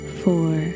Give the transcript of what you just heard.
four